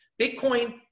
Bitcoin